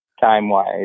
time-wise